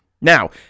Now